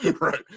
right